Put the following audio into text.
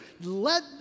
Let